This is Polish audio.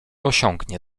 osiągnie